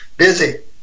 busy